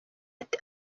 ati